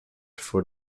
for